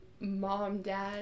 mom-dad